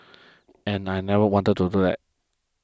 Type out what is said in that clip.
and I never wanted to do that